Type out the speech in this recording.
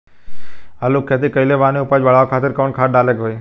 आलू के खेती कइले बानी उपज बढ़ावे खातिर कवन खाद डाले के होई?